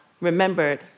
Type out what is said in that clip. remembered